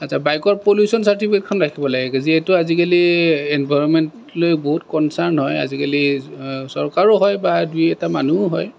আচ্ছা বাইকৰ পলিউচন চাৰ্টিফিকেটখন ৰাখিব লাগে যিহেতু আজিকালি এনভাৰ্ণমেণ্টলৈ বহুত কণচাৰ্ণ হয় আজিকালি চৰকাৰো হয় বা দুই এটা মানুহো হয়